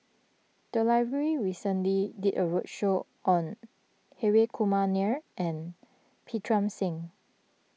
the library recently did a roadshow on Hri Kumar Nair and Pritam Singh